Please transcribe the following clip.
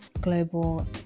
global